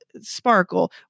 sparkle